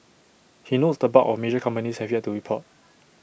he notes the bulk of major companies have yet to report